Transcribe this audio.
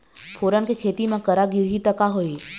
फोरन के खेती म करा गिरही त का होही?